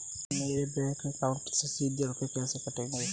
मेरे bank account से सीधे रुपए कैसे कटेंगे?